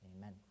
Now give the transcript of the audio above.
amen